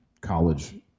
college